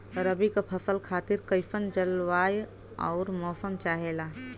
रबी क फसल खातिर कइसन जलवाय अउर मौसम चाहेला?